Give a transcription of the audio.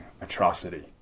atrocity